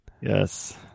Yes